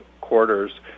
quarters